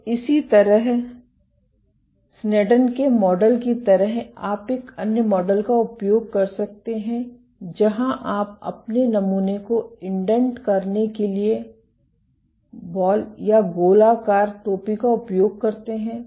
तो इसी तरह स्नैडन के मॉडल की तरह आप एक अन्य मॉडल का उपयोग कर सकते हैं जहां आप अपने नमूने को इंडेंट करने के लिए बॉल या गोलाकार टोपी का उपयोग करते हैं